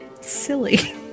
silly